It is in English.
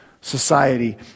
society